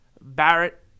Barrett